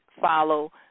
follow